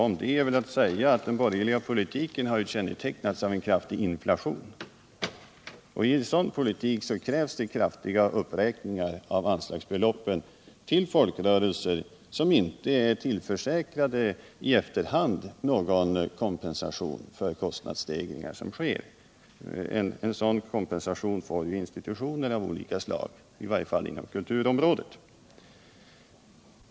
Om det är att säga att den borgerliga politiken har kännetecknats av en kraftig inflation. I en sådan politik krävs det kraftiga uppräkningar av anslagsbeloppen till folkrörelser som inte är tillförsäkrade kompensation i efterhand för kostnadsstegringar som sker. En dylik kompensation får ju institutioner av olika slag, i varje fall på kulturområdet.